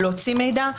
להוציא מידע,